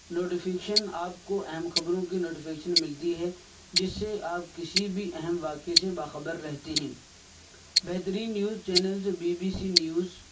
notification آپ کو اہم خبروں کی نوٹیفیکشن ملتی ہے جس سے آپ کشی بھی اہم واقعے سے باخبر رہتے ہیں بہترین news channels B B C news